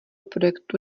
projektu